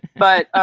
but,